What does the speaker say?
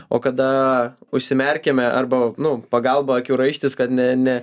o kada užsimerkiame arba nu pagalba akių raištis kad ne ne